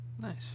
Nice